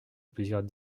plusieurs